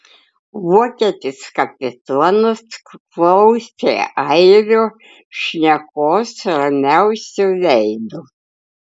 vokietis kapitonas klausė airio šnekos ramiausiu veidu